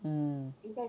mm